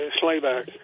Slayback